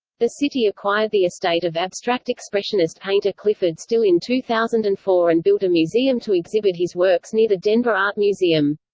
the city acquired the estate of abstract expressionist painter clyfford still in two thousand and four and built a museum to exhibit his works near the denver art museum.